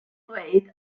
ddweud